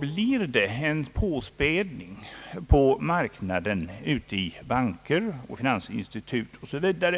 blir det en påspädning på marknaden i banker, finansinstitut osv.